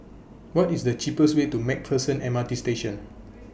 What IS The cheapest Way to MacPherson M R T Station